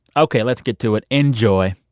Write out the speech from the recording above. ok. let's get to it. enjoy